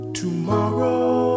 tomorrow